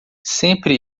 sempre